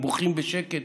הם בוכים בשקט,